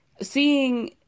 seeing